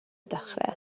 dechrau